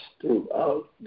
throughout